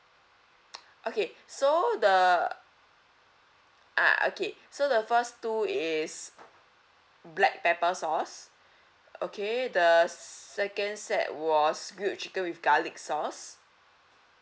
okay so the ah okay so the first two is black pepper sauce okay the se~ second set was grilled chicken with garlic sauce